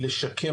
לשקם,